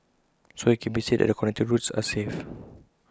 so IT can be said that the connecting routes are safe